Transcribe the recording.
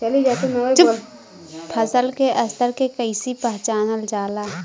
फसल के स्तर के कइसी पहचानल जाला